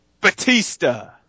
Batista